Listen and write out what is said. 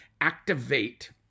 activate